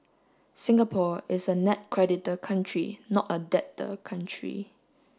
Singapore is a net creditor country not a debtor country